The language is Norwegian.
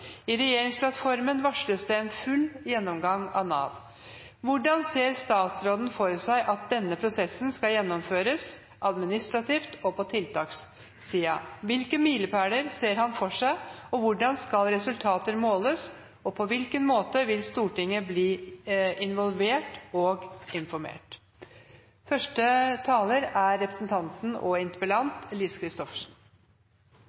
i regjeringsplattformen er det varslet en full gjennomgang av Nav. Derfor spør jeg i denne interpellasjonen om hvordan statsråden ser for seg at denne prosessen skal gjennomføres, administrativt, men også på tiltakssida, hvilke milepæler statsråden ser for seg, hvordan resultatene skal måles, og om, og eventuelt på hvilken måte, Stortinget vil bli involvert og informert.